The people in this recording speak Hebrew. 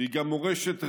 והיא גם מורשת רבין,